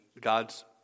God's